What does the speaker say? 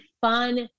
fun